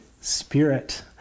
spirit